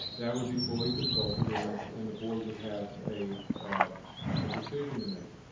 that would be fully consulted and the and the board would have a um ah decision to make.